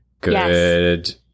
Good